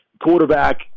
quarterback